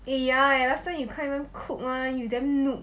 eh ya eh last time you can't even cook [one] you damn noob